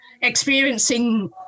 experiencing